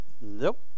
Nope